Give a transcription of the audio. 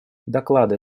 доклады